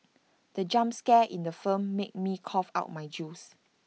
the jump scare in the film made me cough out my juice